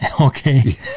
okay